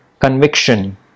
conviction